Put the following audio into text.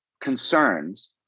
concerns